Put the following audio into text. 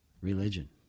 religion